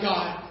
God